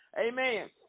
Amen